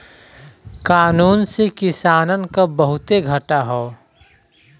कानून से किसानन के बहुते घाटा हौ